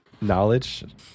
knowledge